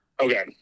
okay